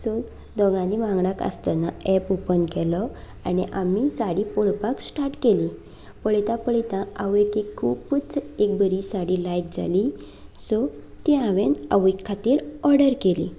so दोगांयनीय वांगडाच आसतना ऍप ओपन केलो आनी आमी साडी पळोवपाक स्टार्ट केली पळयता पळयता आवयक एक खुबूच एक बरी साडी लायक जाली सो ती हांवें आवयक ऑर्डर केली